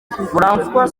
françois